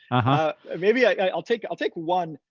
ah maybe i'll take i'll take one.